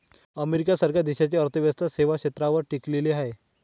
America सारख्या देशाची अर्थव्यवस्था सेवा क्षेत्रावर टिकलेली आहे